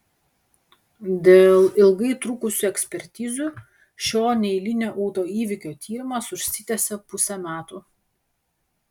dėl ilgai trukusių ekspertizių šio neeilinio autoįvykio tyrimas užsitęsė pusę metų